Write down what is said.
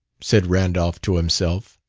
said randolph to himself.